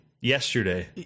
yesterday